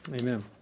Amen